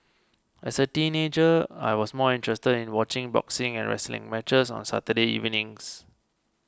as a teenager I was more interested in watching boxing and wrestling matches on Saturday evenings